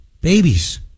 Babies